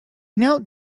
knelt